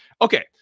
okay